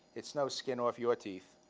it's no skin off your teeth.